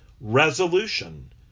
resolution